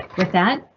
with that,